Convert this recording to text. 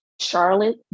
Charlotte